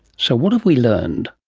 so what have we learned?